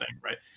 right